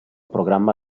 programma